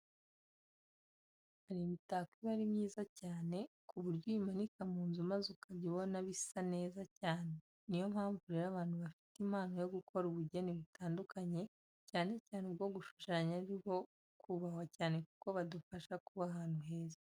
Hari imitako iba ari myiza cyane ku buryo uyimanika mu nzu maze ukajya ubona bisa neza cyane. Niyo mpamvu rero abantu bafite impano yo gukora ubugeni butandukanye, cyane cyane ubwo gushushyanya ari abo kubahwa cyane kuko badufasha kuba ahantu heza.